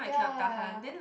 ya